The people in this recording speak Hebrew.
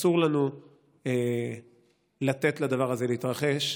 ואסור לנו לתת לדבר הזה להתרחש,